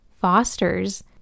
fosters